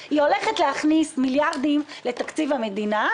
--- היא הולכת להכניס מיליארדים לתקציב המדינה,